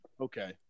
Okay